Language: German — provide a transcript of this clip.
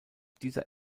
dieser